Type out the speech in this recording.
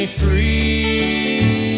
free